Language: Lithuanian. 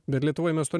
bet lietuvoj mes to